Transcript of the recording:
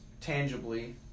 tangibly